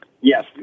yes